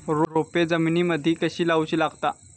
रोपे जमिनीमदि कधी लाऊची लागता?